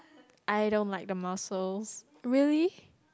I don't like the mussels really